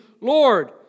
Lord